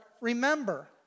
remember